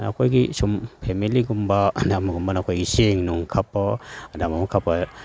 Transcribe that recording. ꯑꯩꯈꯣꯏꯒꯤ ꯁꯨꯝ ꯐꯦꯃꯤꯂꯤꯒꯨꯝꯕ ꯑꯗꯒꯤ ꯑꯃꯅ ꯑꯃꯅ ꯆꯦꯡ ꯅꯨꯡ ꯈꯞꯄ ꯑꯗ ꯑꯃ ꯑꯃ ꯈꯞꯄ